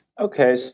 Okay